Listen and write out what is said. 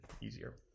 easier